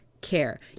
care